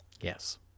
Yes